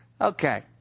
Okay